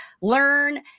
learn